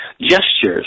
gestures